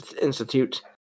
Institute